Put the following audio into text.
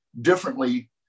differently